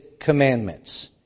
commandments